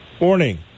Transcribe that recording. Morning